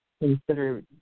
consider